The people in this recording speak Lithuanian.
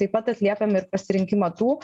taip pat atliekam ir pasirinkimą tų